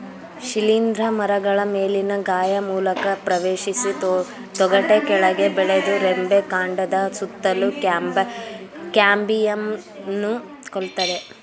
ಶಿಲೀಂಧ್ರ ಮರಗಳ ಮೇಲಿನ ಗಾಯ ಮೂಲಕ ಪ್ರವೇಶಿಸಿ ತೊಗಟೆ ಕೆಳಗೆ ಬೆಳೆದು ರೆಂಬೆ ಕಾಂಡದ ಸುತ್ತಲೂ ಕ್ಯಾಂಬಿಯಂನ್ನು ಕೊಲ್ತದೆ